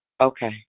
Okay